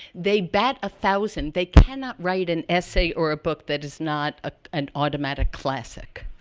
they bat a thousand. they cannot write an essay or a book that is not ah an automatic classic.